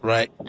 Right